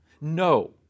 No